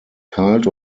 kalt